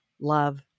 love